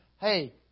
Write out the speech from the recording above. hey